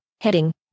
Heading